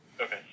Okay